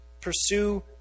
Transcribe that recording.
Pursue